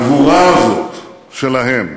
הגבורה הזאת שלהם,